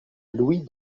louis